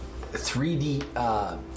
3D